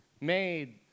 made